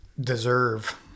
deserve